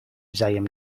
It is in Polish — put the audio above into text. wzajem